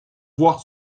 voir